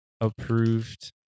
approved